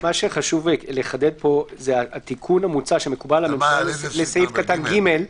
מה שחשוב לחדד פה זה התיקון המוצע שמקובל על הממשלה לסעיף קטן (ג),